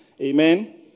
Amen